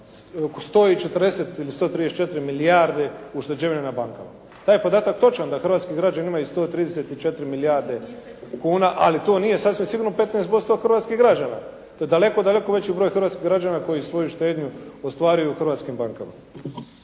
oko 140, ili 134 milijardi ušteđevine na bankama. Taj je podatak točan da hrvatski građani imaju 134 milijarde kuna, ali to nije sasvim sigurno 15% hrvatskih građana. To je daleko, daleko veći broj hrvatskih građana koji svoju štednju ostvaruju u hrvatskih bankama.